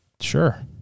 sure